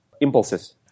impulses